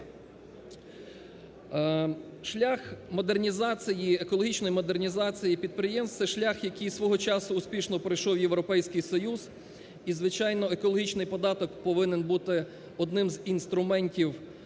екологічної модернізації підприємств – це шлях, який свого часу успішно пройшов Європейський Союз. І, звичайно, екологічний податок повинен бути одним з інструментів